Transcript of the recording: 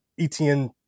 ETN